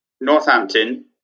Northampton